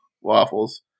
waffles